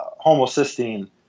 homocysteine